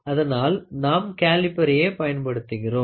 அதனால் நாம் கேலிபரயே பயன்படுத்துகிறோம்